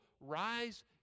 rise